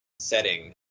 setting